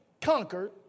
conquered